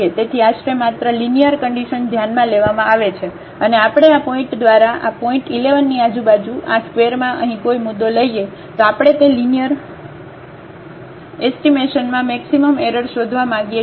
તેથી આશરે માત્ર લીનીઅર કન્ડિશન ધ્યાનમાં લેવામાં આવે છે અને આપણે આ પોઇન્ટ દ્વારા આ પોઇન્ટ 1 1 ની આજુબાજુ આ ²માં અહીં કોઈ મુદ્દો લઈએ તો આપણે તે લીનીઅર એસ્ટીમેશનમાં મેક્સિમમ એરર શોધવા માંગીએ છીએ